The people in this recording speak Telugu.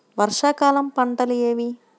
వర్షాకాలం పంటలు ఏవి?